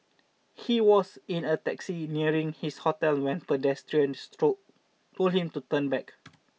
he was in a taxi nearing his hotel when pedestrians stroke told him to turn back